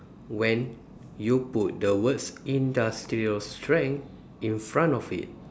when you put the words industrial strength in front of it